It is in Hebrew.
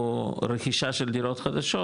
או רכישת של דירות חדשות,